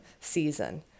season